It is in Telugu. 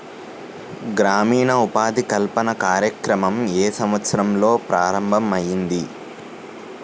గ్రామీణ ఉపాధి కల్పన కార్యక్రమం ఏ సంవత్సరంలో ప్రారంభం ఐయ్యింది?